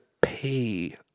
pay